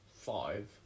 five